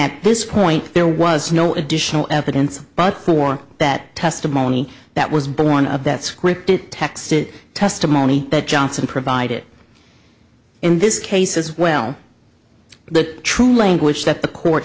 that this point there was no additional evidence but for that testimony that was born of that scripted text it testimony that johnson provided in this case as well the true language that the court